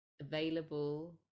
available